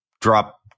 Drop